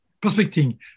prospecting